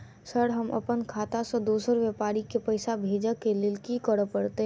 Sir हम अप्पन खाता सऽ दोसर व्यापारी केँ पैसा भेजक लेल की करऽ पड़तै?